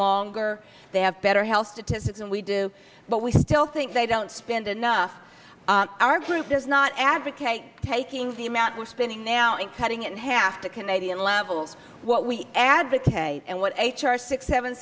longer they have better health statistics and we do but we still think they don't spend enough our group does not advocate taking the amount we're spending now and cutting in half to canadian levels what we advocate and what h r six seven